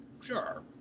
Sure